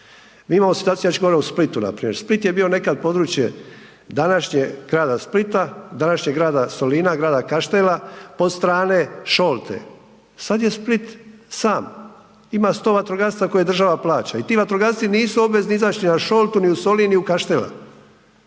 Mi imamo situaciju … u Splitu npr. Split je bio nekad područje, današnjeg grada Splita, današnjeg grada Solina, grada Kaštela, POdstrane, Šolte sada je Split sam ima 100 vatrogasaca koje država plaća i ti vatrogasci nisu obvezni izaći ni u Šoltu, ni u Solin, ni u Kaštela,